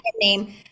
name